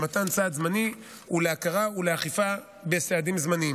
למתן סעד זמני ולהכרה ולאכיפה בסעדים זמניים.